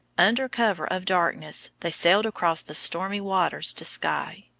under cover of darkness they sailed across the stormy waters to skye.